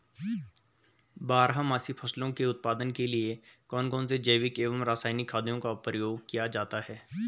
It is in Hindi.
बारहमासी फसलों के उत्पादन के लिए कौन कौन से जैविक एवं रासायनिक खादों का प्रयोग किया जाता है?